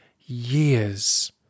years